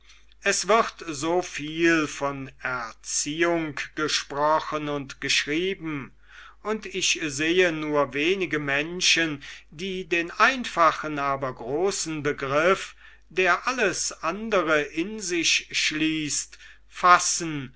es wird so viel von erziehung gesprochen und geschrieben und ich sehe nur wenig menschen die den einfachen aber großen begriff der alles andere in sich schließt fassen